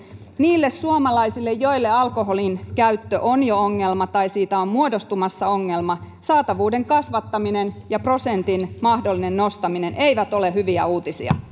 niille suomalaisille joille alkoholinkäyttö on jo ongelma tai siitä on muodostumassa ongelma saatavuuden kasvattaminen ja prosentin mahdollinen nostaminen eivät ole hyviä uutisia